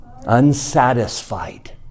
Unsatisfied